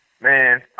Man